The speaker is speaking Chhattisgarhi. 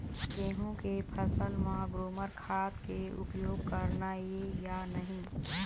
गेहूं के फसल म ग्रोमर खाद के उपयोग करना ये या नहीं?